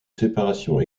séparation